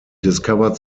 discovered